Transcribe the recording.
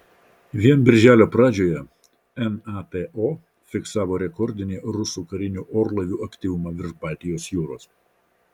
vien birželio pradžioje nato fiksavo rekordinį rusų karinių orlaivių aktyvumą virš baltijos jūros